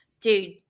Dude